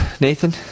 Nathan